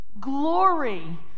Glory